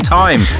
time